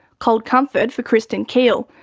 cold comfort for kristyn keall.